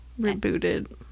rebooted